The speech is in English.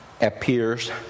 Appears